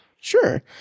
Sure